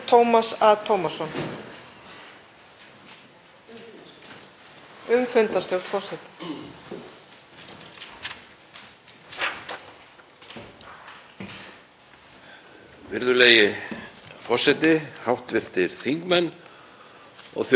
Virðulegi forseti. Hv. þingmenn og þjóð sem er að horfa. Mér var sagt það í gær að það væru 7.000 manns sem horfðu reglulega á Alþingissjónvarpið, þannig að við erum vinsæl.